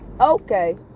okay